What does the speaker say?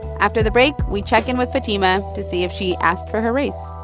after the break, we check in with fatima to see if she asked for her raise